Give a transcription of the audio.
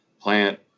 plant